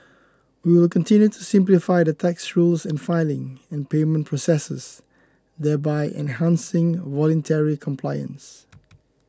we will continue to simplify the tax rules and filing and payment processes thereby enhancing voluntary compliance